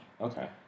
Okay